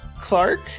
Clark